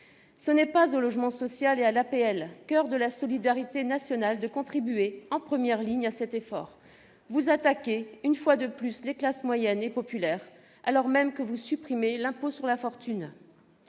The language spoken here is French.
Ce n'est pas au logement social et à l'APL, coeur de la solidarité nationale, de contribuer, en première ligne, à cet effort. Vous attaquez, une fois de plus, les classes moyennes et populaires, alors même que vous supprimez l'impôt sur la fortune.